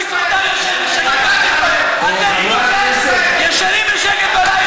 חברת כנסת עאידה תומא סלימאן,